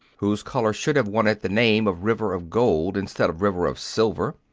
whose color should have won it the name of river of gold instead of river of silver.